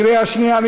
קריאה שנייה.